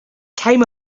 came